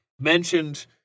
mentioned